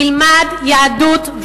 ילמד יהדות,